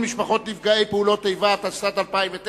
(תיקון, משפחות נפגעי פעולות איבה), התשס"ט 2009,